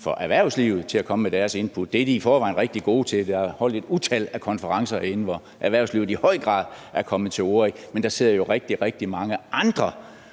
for erhvervslivet til at komme med deres input, og det er de i forvejen rigtig gode til. Vi har holdt et utal af konferencer herinde, hvor erhvervslivet i høj grad er kommet til orde. Men der sidder jo rigtig, rigtig mange andre